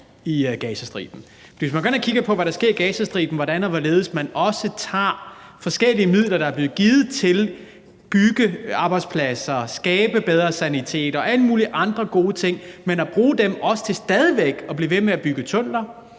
i Gazastriben, og hvordan og hvorledes man også tager forskellige midler, der er blevet givet til byggearbejdspladserne, til at skabe bedre sanitet og alle mulige andre gode ting, vil jeg sige, og stadig væk bruge dem til at blive ved med at bygge tunneller